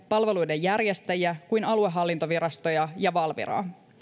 palveluiden järjestäjiä kuin aluehallintovirastoja ja valviraa